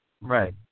Right